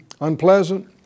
unpleasant